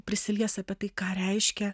prisilies apie tai ką reiškia